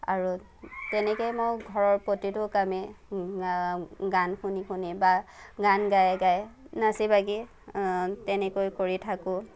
আৰু তেনেকৈ মই ঘৰৰ প্ৰতিটো কামে গান শুনি শুনি বা গান গাই গাই নাচি বাগি তেনেকৈ কৰি থাকো